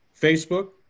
Facebook